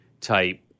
type